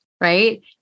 Right